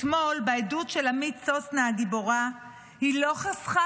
אתמול בעדות של עמית סוסנה הגיבורה היא לא חסכה